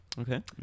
Okay